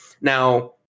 Now